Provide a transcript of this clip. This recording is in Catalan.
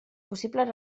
possibles